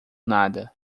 nada